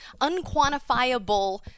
unquantifiable